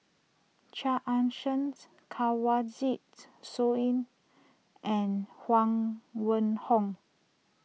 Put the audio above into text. Chia Ann Siangt Kanwaljit Soin and Huang Wenhong